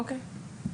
אוקיי.